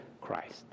Christ